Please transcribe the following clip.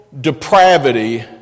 depravity